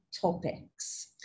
topics